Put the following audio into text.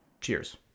Cheers